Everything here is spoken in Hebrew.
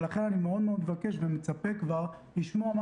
ולכן אני מאוד מאוד מאוד מבקש ומצפה כבר לשמוע מה